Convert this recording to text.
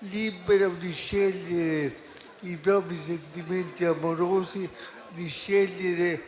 libero di scegliere i propri sentimenti amorosi, di scegliere